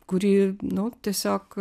kurį nu tiesiog